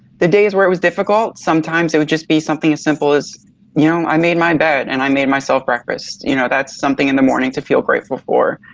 the days where it was difficult, sometimes it would just be something as simple as you know, i made my bed and i made myself breakfast. you know that's something in the morning to feel grateful for.